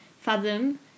fathom